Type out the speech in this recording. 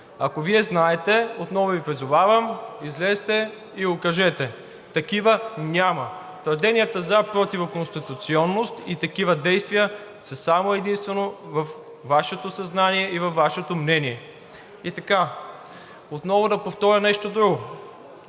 Ако Вие знаете, отново Ви призовавам, излезте и го кажете. Такива няма! Твърденията за противоконституционност и такива действия са само и единствено във Вашето съзнание и във Вашето мнение. И така, отново да повторя нещо друго: